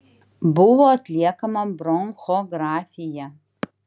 buvo atliekama bronchografija